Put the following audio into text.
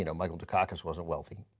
you know michael dukakis wasn't wealthy.